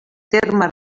termes